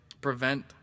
prevent